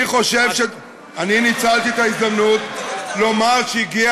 אני ניצלתי את ההזדמנות לומר שהגיע